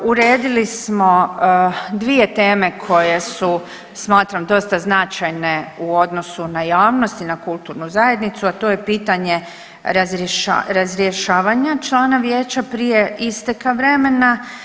Uredili smo dvije teme koje su smatram dosta značajne u odnosu na javnost i na kulturnu zajednicu, a to je pitanje razrješavanja člana vijeća prije isteka vremena.